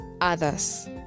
others